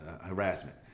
harassment